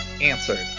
answered